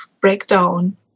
breakdown